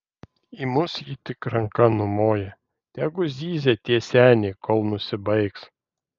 į mus ji tik ranka numoja tegu zyzia tie seniai kol nusibaigs